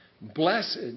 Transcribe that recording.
Blessed